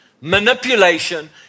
manipulation